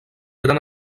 gran